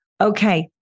okay